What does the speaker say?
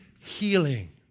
healing